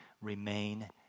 remain